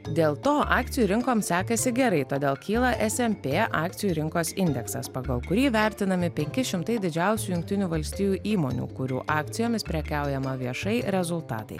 dėl to akcijų rinkom sekasi gerai todėl kyla snp akcijų rinkos indeksas pagal kurį vertinami penki šimtai didžiausių jungtinių valstijų įmonių kurių akcijomis prekiaujama viešai rezultatai